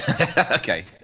Okay